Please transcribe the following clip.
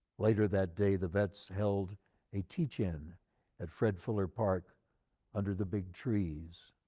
later that day, the vets held a teach-in at fred fuller park under the big trees,